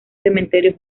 cementerio